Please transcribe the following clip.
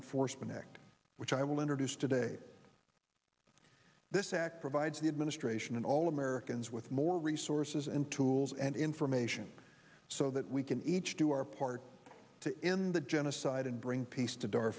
enforcement act which i will introduce today this act provides the administration and all americans with more resources and tools and information so that we can each do our part to end the genocide and bring peace to d